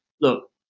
look